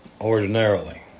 Ordinarily